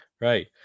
Right